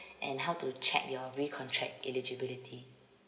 and how to check your recontract eligibility